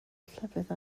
llefydd